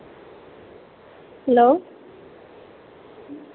hello